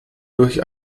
durch